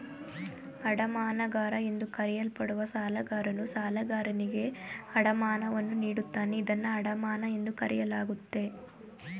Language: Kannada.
ಅಡಮಾನಗಾರ ಎಂದು ಕರೆಯಲ್ಪಡುವ ಸಾಲಗಾರನು ಸಾಲಗಾರನಿಗೆ ಅಡಮಾನವನ್ನು ನೀಡುತ್ತಾನೆ ಇದನ್ನ ಅಡಮಾನ ಎಂದು ಕರೆಯಲಾಗುತ್ತೆ